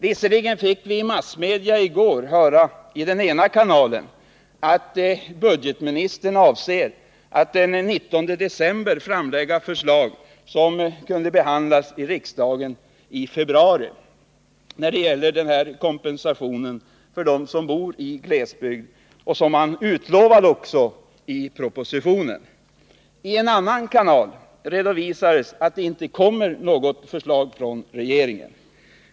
Visserligen meddelades i går i TV i den ena kanalen att budgetministern avser att den 19 december presentera ett förslag som sedan skulle tas upp till behandling i riksdagen i februari och där man utlovar kompensation för dem som bor i glesbygd. I den andra kanalen redovisades att det inte kommer något förslag från regeringen.